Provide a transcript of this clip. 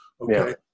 Okay